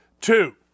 two